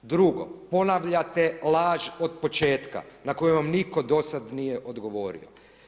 Drugo, ponavljate laž od početka na koju van nitko dosad nije odgovorio.